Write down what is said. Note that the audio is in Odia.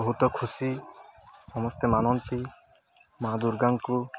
ବହୁତ ଖୁସି ସମସ୍ତେ ମାନନ୍ତି ମା ଦୁର୍ଗାଙ୍କୁ